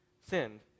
sinned